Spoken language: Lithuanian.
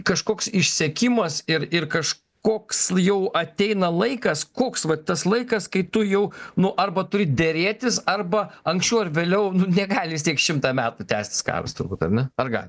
kažkoks išsekimas ir ir kažkoks jau ateina laikas koks va tas laikas kai tu jau nu arba turi derėtis arba anksčiau ar vėliau nu negali vis tiek šimtą metų tęstis karas turbūt ar ne ar gali